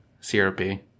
syrupy